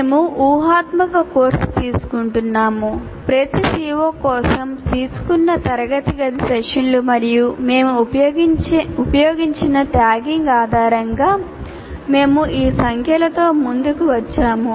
మేము ఊ హాత్మక కోర్సు తీసుకుంటున్నాము ప్రతి CO కోసం తీసుకున్న తరగతి గది సెషన్లు మరియు మేము ఉపయోగించిన ట్యాగింగ్ ఆధారంగా మేము ఈ సంఖ్యలతో ముందుకు వచ్చాము